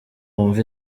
wumve